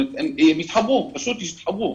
הם פשוט התחברו.